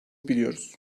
biliyoruz